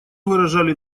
выражали